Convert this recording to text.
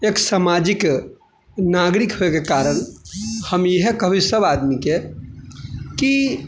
एक सामाजिक नागरिक होइके कारण हम इएह कहबै सभ आदमीके कि